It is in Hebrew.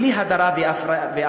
בלי הדרה ואפליה.